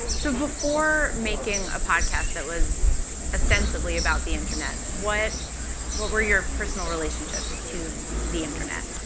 so before making a podcast that was ostensibly about the internet, what what were your personal relationships to the internet?